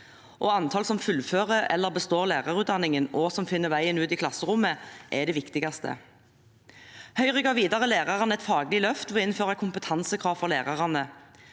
Antallet som fullfører eller består lærerutdanningen, og som finner veien ut til klasserommet, er det viktigste. Videre ga Høyre lærerne et faglig løft ved å innføre kompetansekrav for lærerne.